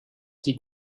die